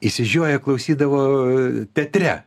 išsižioję klausydavo teatre